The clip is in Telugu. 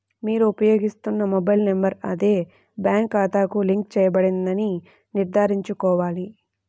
మీరు ఉపయోగిస్తున్న మొబైల్ నంబర్ అదే బ్యాంక్ ఖాతాకు లింక్ చేయబడిందని నిర్ధారించుకోవాలి